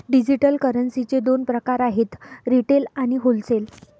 digital करन्सीचे दोन प्रकार आहेत रिटेल आणि होलसेल